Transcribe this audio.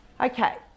Okay